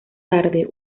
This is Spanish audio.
tarde